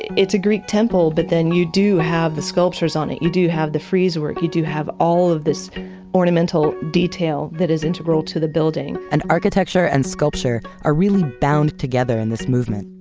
it's a greek temple but then you do have the sculptures on it, you do have the frieze work, you do have all of this ornamental detail that is integral to the building and architecture and sculpture are really bound together in this movement.